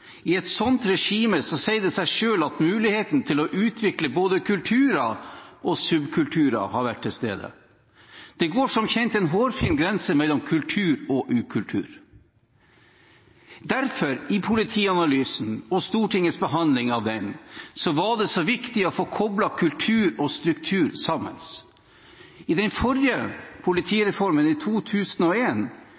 I et slikt regime sier det seg selv at muligheten til å utvikle både kulturer og subkulturer har vært til stede. Det går som kjent en hårfin grense mellom kultur og ukultur. Derfor var det i Politianalysen og i Stortingets behandling av den så viktig å få koblet kultur og struktur sammen. I den forrige politireformen,